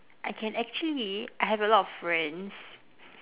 I can actually I have a lot of friends